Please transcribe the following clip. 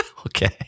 Okay